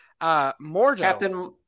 Captain